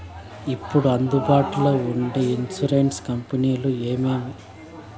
ఇప్పుడు అందుబాటులో ఉండే ఇన్సూరెన్సు కంపెనీలు ఏమేమి?